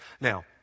Now